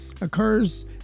occurs